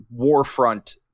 warfront